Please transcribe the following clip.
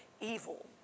evil